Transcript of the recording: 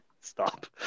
Stop